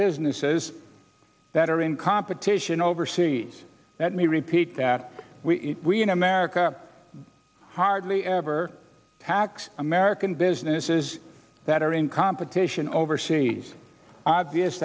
businesses that are in competition overseas let me repeat that we in america hardly ever tax american businesses that are in competition overseas obvious